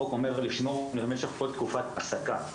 לשמור למשך כל תקופת ההעסקה.